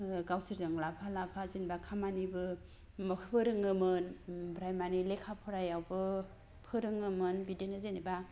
गावसोरजों लाफा लाफा जेनोबा खामानिबो फोरोंङोमोन ओमफ्राय माने लेखा फरायावबो फोरोंङोमोन बिदिनो जेनोबा